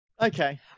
Okay